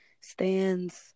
stands